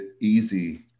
easy